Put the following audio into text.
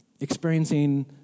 experiencing